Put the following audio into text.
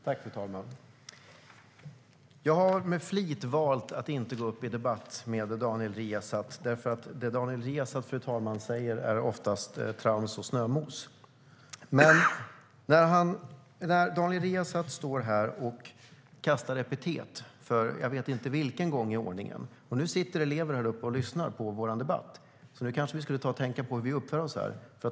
Fru talman! Jag har tidigare med flit valt att inte gå upp i debatt med Daniel Riazat. Det Daniel Riazat säger, fru talman, är nämligen oftast trams och snömos. Men Daniel Riazat står här och kastar epitet för jag vet inte vilken gång i ordningen. Nu sitter det elever uppe på läktaren och lyssnar på vår debatt, så vi kanske skulle ta och tänka på hur vi uppför oss här.